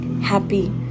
happy